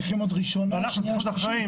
ואנחנו צריכים עוד ראשונה, שנייה, שלישית.